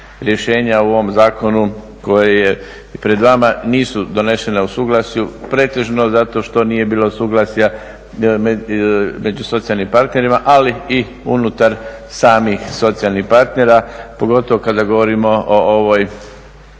rješenja u ovom zakonu koji je pred vama nisu donešena u suglasju, pretežno zato što nije bilo suglasja među socijalnim partnerima, ali i unutar samih socijalnih partnera, pogotovo kada govorimo o ovoj